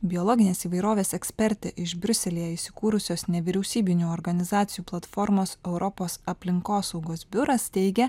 biologinės įvairovės ekspertė iš briuselyje įsikūrusios nevyriausybinių organizacijų platformos europos aplinkosaugos biuras teigia